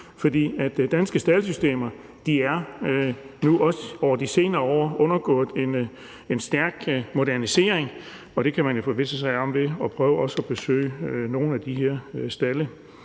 For danske staldsystemer har nu også over de senere år undergået en stærk modernisering, og det kan man jo forvisse sig om ved også at prøve at besøge nogle af de her stalde.